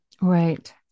right